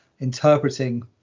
interpreting